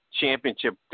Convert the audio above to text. championship